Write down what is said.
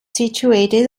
situated